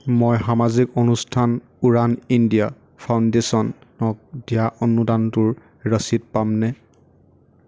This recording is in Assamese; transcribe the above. মই সামাজিক অনুষ্ঠান উড়ান ইণ্ডিয়া ফাউণ্ডেশ্যনক দিয়া অনুদানটোৰ ৰচিদ পামনে